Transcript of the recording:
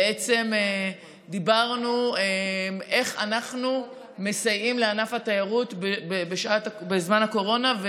וכבר בדיון הראשון דיברנו איך אנחנו מסייעים לענף התיירות בזמן הקורונה.